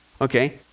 okay